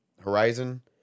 Horizon